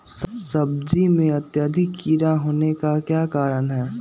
सब्जी में अत्यधिक कीड़ा होने का क्या कारण हैं?